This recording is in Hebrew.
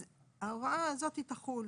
אז ההוראה הזאת תחול.